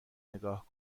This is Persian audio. نگاه